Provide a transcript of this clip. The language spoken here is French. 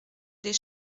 des